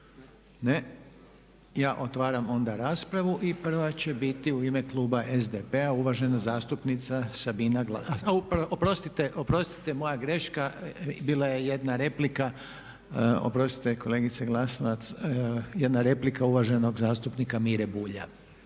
Ne. Ja otvaram onda raspravu. I prva će biti u ime Kluba SDP-a uvažena zastupnica, oprostite, oprostite moja greška bila je jedna replika, oprostite kolegice Glasovac, jedna replika uvaženog zastupnika Mire Bulja